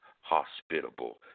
hospitable